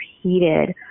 heated